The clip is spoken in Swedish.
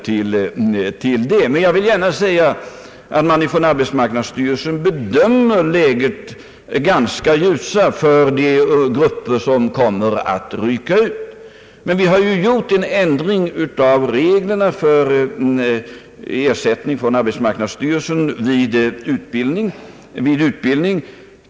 Jag vill dock gärna säga, att arbetsmarknadsstyrelsen bedömer läget ganska ljust för de grupper som kommer att rycka ut. Vi har gjort en ändring av reglerna för ersättning från arbetsmarknadsstyrelsen vid utbildning.